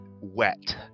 wet